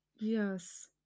yes